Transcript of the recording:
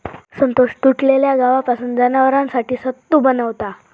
संतोष तुटलेल्या गव्हापासून जनावरांसाठी सत्तू बनवता